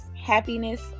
happiness